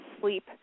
sleep